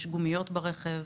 יש גומיות ברכב,